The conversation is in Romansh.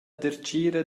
dertgira